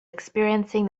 experiencing